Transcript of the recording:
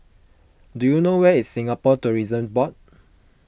do you know where is Singapore Tourism Board